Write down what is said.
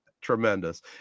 tremendous